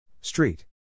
Street